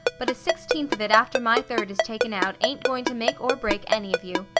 but a sixteenth of it after my third is taken out ain't going to make or break any of you.